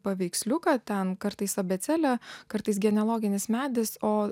paveiksliuką ten kartais abėcėlė kartais genealoginis medis o